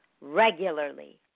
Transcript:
regularly